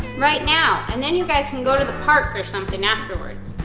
right now! and then you guys can go to the park or something afterwards.